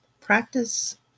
practice